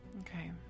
Okay